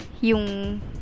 yung